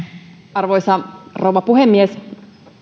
arvoisa rouva puhemies